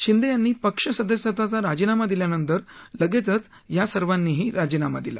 शिंदे यांनी पक्ष सदस्यत्वाचा राजीनामा दिल्यानंतर लगेचच या सर्वांनी राजीनामा दिला